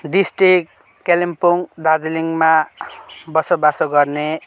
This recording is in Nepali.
डिस्ट्रिक्ट कालिम्पोङ दार्जिलिङमा बसोबास गर्ने